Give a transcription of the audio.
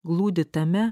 glūdi tame